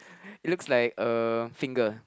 it looks like a finger